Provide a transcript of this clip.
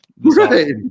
Right